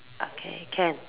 okay can